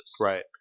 Right